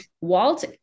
Walt